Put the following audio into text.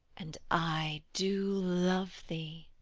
and i do love thee